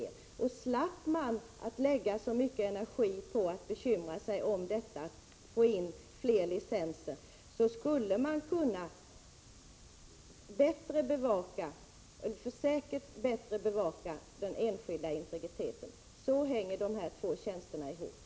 Om man slapp att lägga ned så mycket energi på att bekymra sig om att få in fler licenser, skulle man säkert bättre kunna bevaka den enskilda integriteten. Så hänger dessa två tjänster ihop.